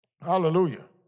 Hallelujah